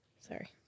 Sorry